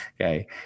okay